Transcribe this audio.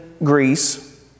Greece